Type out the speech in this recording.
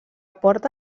porta